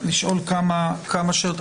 לשאול כמה שאלות.